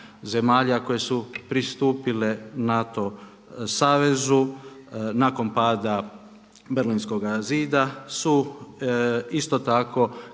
zemalja koje su pristupile NATO savezu nakon pada Berlinskoga zida su isto tako